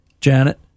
Janet